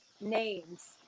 names